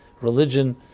religion